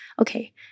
Okay